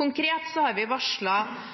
Konkret har vi